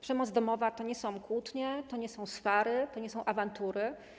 Przemoc domowa to nie są kłótnie, to nie sią swary, to nie są awantury.